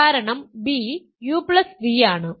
കാരണം b uv ആണ്